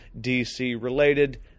DC-related